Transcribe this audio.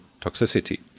toxicity